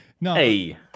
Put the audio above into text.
Hey